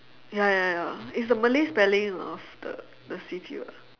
ya ya ya it's the malay spelling of the the city ah